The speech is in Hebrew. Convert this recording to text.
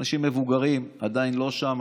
אנשים מבוגרים עדיין לא שם,